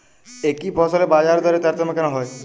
একই ফসলের বাজারদরে তারতম্য কেন হয়?